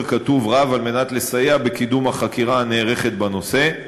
כתוב רב כדי לסייע בקידום החקירה הנערכת בנושא.